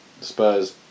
Spurs